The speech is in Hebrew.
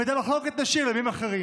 ואת המחלוקת נשאיר לימים אחרים.